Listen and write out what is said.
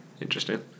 Interesting